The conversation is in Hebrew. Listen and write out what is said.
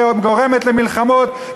שגורמת למלחמות,